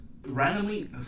Randomly